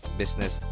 business